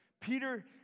Peter